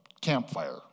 campfire